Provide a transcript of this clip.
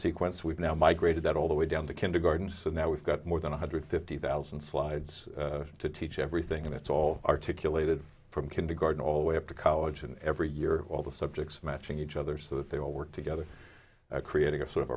sequence we've now migrated that all the way down to kindergarten so now we've got more than one hundred fifty thousand slides to teach everything and it's all articulated from kindergarten all the way up to college and every year all the subjects matching each other so that they all work together creating a sort of